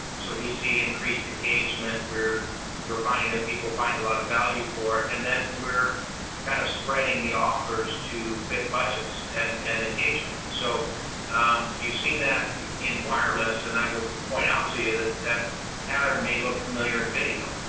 so we see increased engagement where we're finding that people find a lot of value for it. and then, we're kind of spreading the offers to fit budgets and and engagement and so you've seen that in wireless and i would point out to you that that pattern may look familiar in video,